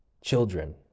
children